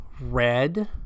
Red